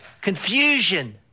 Confusion